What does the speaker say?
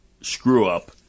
screw-up